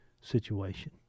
situation